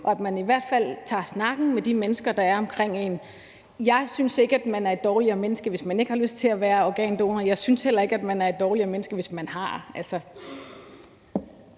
og at man i hvert fald tager snakken med de mennesker, der er omkring en. Jeg synes ikke, at man er et dårligere menneske, hvis man ikke har lyst til at være organdonor, og jeg synes heller ikke, at man er et dårligere menneske, hvis man har